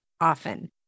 often